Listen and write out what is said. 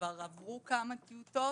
כבר עברו כמה טיוטות,